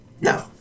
No